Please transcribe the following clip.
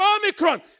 Omicron